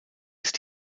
ist